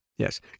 Yes